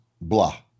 blah